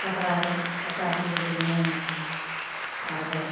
कपड़ासब बचावके लिए पिनहै हइ आओर